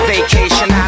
Vacation